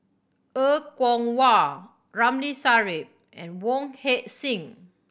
Er Kwong Wah Ramli Sarip and Wong Heck Sing